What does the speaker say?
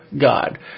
God